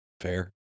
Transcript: Fair